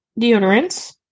deodorants